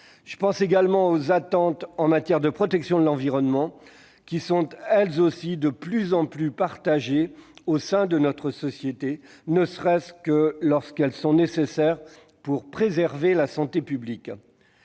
Je pense également aux attentes en matière de protection de l'environnement, qui sont elles aussi de plus en plus partagées au sein de notre société, ne serait-ce que lorsqu'elles sont nécessaires pour préserver la santé publique.